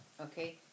Okay